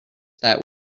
that